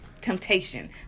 temptation